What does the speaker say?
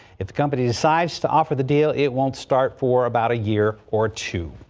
if the company decides to offer the deal it won't start for about a year or two.